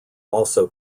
also